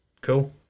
Cool